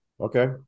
Okay